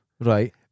Right